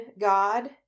God